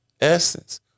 essence